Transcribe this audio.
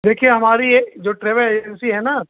देखिए हमारी यह जो ट्रैवल एजेंसी है ना